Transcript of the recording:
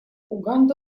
уганда